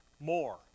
More